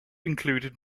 included